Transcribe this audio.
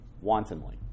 wantonly